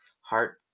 heart